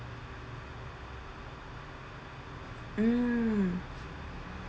mm